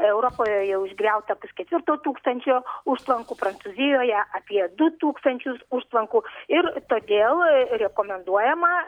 europoje jau išgriauta pusketvirto tūkstančio užtvankų prancūzijoje apie du tūkstančius užtvankų ir todėl rekomenduojama